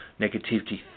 negativity